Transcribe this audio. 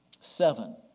seven